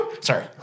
Sorry